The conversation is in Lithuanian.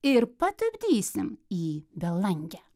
ir patupdysim į belangę